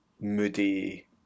moody